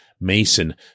Mason